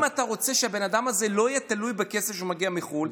אם אתה רוצה שהבן אדם הזה לא יהיה תלוי בכסף שמגיע מחו"ל,